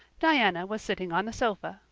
diana was sitting on the sofa,